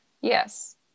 Yes